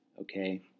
okay